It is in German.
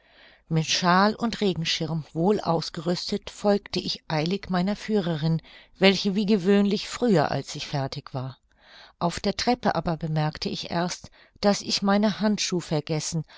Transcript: mit shawl und regenschirm wohl ausgerüstet folgte ich eilig meiner führerin welche wie gewöhnlich früher als ich fertig war auf der treppe aber bemerkte ich erst daß ich meine handschuh vergessen